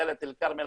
דלית אל כרמל,